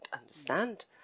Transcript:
understand